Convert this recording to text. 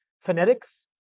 phonetics